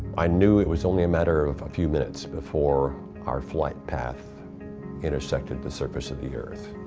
i knew it was only a matter of of a few minutes before our flight path intersected the surface of the earth.